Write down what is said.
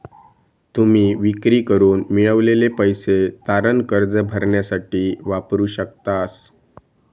तुम्ही विक्री करून मिळवलेले पैसे तारण कर्ज भरण्यासाठी वापरू शकतास